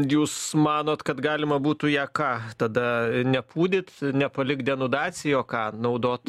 jūs manot kad galima būtų ją ką tada nepūdyt nepalikt denudacijai o ką naudot